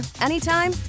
anytime